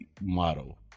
model